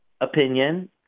opinion